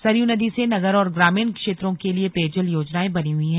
सरयू नदी से नगर और ग्रामीण क्षेत्रों के लिए पेयजल योजनाएं बनी हुईं हैं